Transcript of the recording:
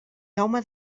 jaume